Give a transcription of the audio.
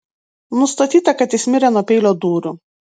nustatyta kad jis mirė nuo peilio dūrių